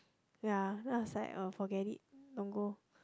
ya then I was like uh forget it don't go